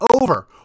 over